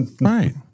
Right